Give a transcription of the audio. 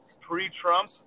pre-Trump